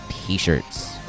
t-shirts